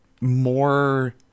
more